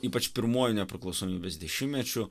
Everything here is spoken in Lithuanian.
ypač pirmuoju nepriklausomybės dešimtmečiu